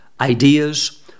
ideas